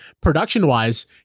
production-wise